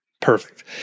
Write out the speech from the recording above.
Perfect